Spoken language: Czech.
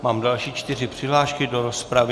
Mám další čtyři přihlášky do rozpravy.